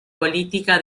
política